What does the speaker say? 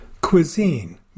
Cuisine